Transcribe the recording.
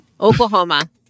Oklahoma